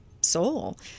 soul